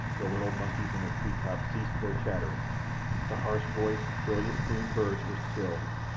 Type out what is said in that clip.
the little monkeys in the tree-tops ceased their chattering the harsh-voiced, brilliant-plumed birds were still.